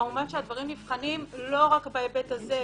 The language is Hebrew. כמובן, הדברים נבחנים לא רק בהיבט הזה.